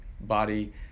body